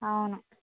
అవును